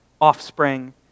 offspring